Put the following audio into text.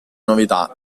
novità